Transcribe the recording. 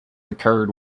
occurred